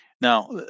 now